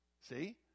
See